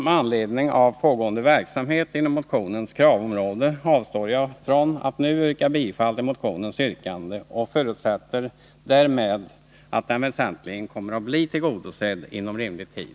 Med anledning av pågående verksamhet inom motionens kravområden avstår jag nu från att yrka bifall till motionen och förutsätter därmed att motionens krav väsentligen kommer att bli tillgodosedda inom rimlig tid.